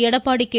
Edappadi K